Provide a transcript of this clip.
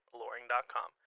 loring.com